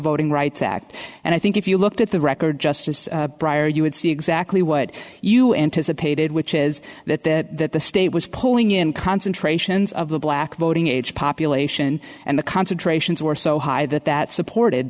voting rights act and i think if you looked at the record justice prior you would see exactly what you anticipated which is that the state was pulling in concentrations of the black voting age population and the concentrations were so high that that supported